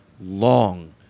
long